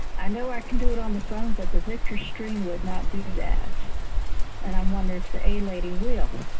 i know i can do it on the phone but the victor stream would not do that and i'm wondering if the a lady will?